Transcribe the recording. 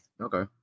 Okay